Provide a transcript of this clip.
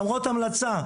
למרות המלצה,